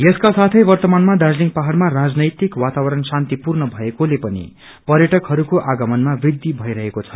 यसका साथै वर्त्तमानमा दार्जीलिङ पहाड़मा राजनैतिक वातावरणर शान्तिपूर्ण भएकोले पनि पर्यटकहरूको आगमानमा वृद्धि भई रहेको छ